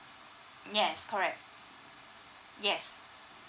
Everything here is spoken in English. yes correct yes